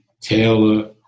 Taylor